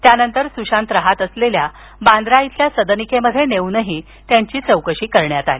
त्यानंतर सुशांत रहात असलेल्या बांद्रा इथल्या सदनिकेमध्ये नेऊनही त्यांची चौकशी करण्यात आली